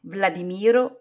Vladimiro